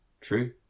true